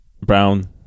Brown